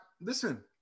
listen